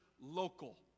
local